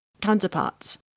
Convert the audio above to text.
counterparts